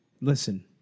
Listen